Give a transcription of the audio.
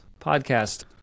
podcast